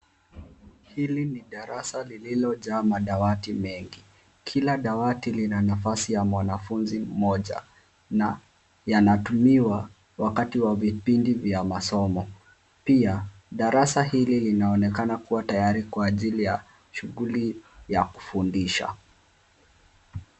Hili ni darasa lililojaa madawati mengi. Kila dawati lina nafasi ya mwanafunzi mmoja na yanatumiwa wakati wa vipindi vya masomo. Pia, darasa hili linaonekana kuwa tayari kwa ajili ya shughuli ya kufundisha.